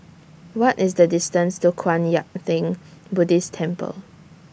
What IS The distance to Kwan Yam Theng Buddhist Temple